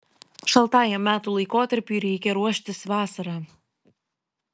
šaltajam metų laikotarpiui reikia ruoštis vasarą